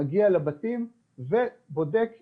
הוא מגיע לבתים ובודק אם,